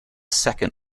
second